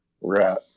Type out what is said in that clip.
Right